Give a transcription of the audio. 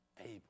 able